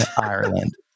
Ireland